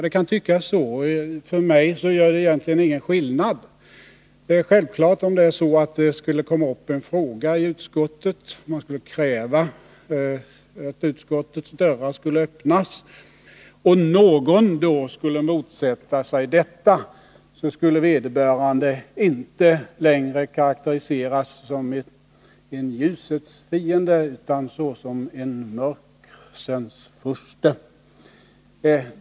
Ja, det kan tyckas så, och för mig gör det egentligen ingen skillnad. Om det skulle komma upp en fråga i ett utskott, där det skulle krävas att utskottets dörrar skulle öppnas, och om någon då skulle motsätta sig detta, skulle vederbörande självfallet inte längre endast karakteriseras som en ljusets fiende utan såsom en mörksens furste.